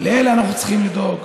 לאלה אנחנו צריכים לדאוג.